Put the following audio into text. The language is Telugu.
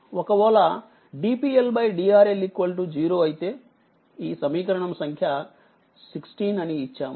ఒకవేళ dPL dRL 0 అయితే ఈ సమీకరణం సంఖ్య 16 అని ఇచ్చాము